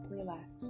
relax